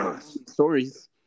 Stories